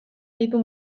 ditu